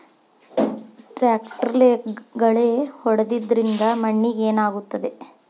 ಟ್ರಾಕ್ಟರ್ಲೆ ಗಳೆ ಹೊಡೆದಿದ್ದರಿಂದ ಮಣ್ಣಿಗೆ ಏನಾಗುತ್ತದೆ?